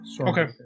Okay